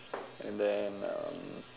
and then um